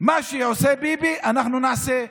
מה שעושה ביבי, אנחנו נעשה,